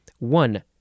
one